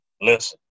listen